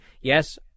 Yes